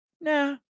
nah